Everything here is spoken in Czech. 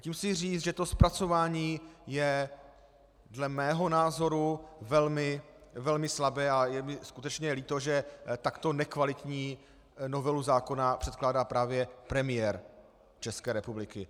Tím chci říct, že to zpracování je dle mého názoru velmi slabé, a je mi skutečně líto, že takto nekvalitní novelu zákona předkládá právě premiér České republiky.